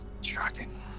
Shocking